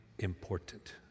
Important